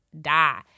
die